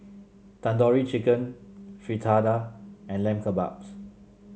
Tandoori Chicken Fritada and Lamb Kebabs